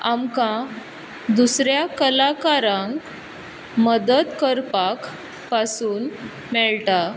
आमकां दुसऱ्या कलाकारांक मदत करपाक पासून मेळटा